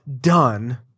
done